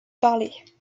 parler